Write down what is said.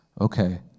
Okay